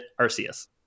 Arceus